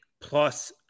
plus